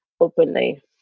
openly